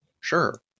sure